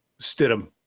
Stidham